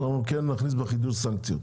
אנחנו כן נכניס בחידוש סנקציות.